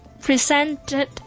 presented